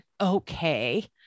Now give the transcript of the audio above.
okay